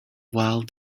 while